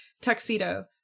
tuxedo